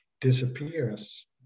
disappears